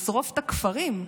לשרוף את הכפרים,